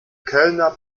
kölner